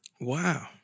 Wow